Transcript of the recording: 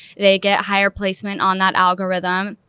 they get higher placement on that algorithm.